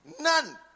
None